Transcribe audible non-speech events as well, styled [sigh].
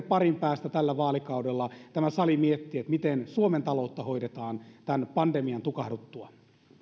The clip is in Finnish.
[unintelligible] parin päästä tällä vaalikaudella tämä sali miettii miten suomen taloutta hoidetaan tämän pandemian tukahduttua